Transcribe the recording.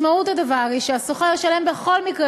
משמעות הדבר היא שהשוכר ישלם בכל מקרה